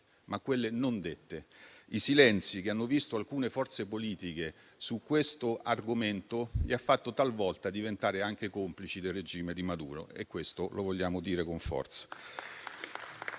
ma quelle non dette, i silenzi che hanno riguardato alcune forze politiche su questo argomento e che le hanno fatte talvolta diventare complici del regime di Maduro. E questo lo vogliamo dire con forza.